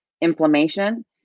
inflammation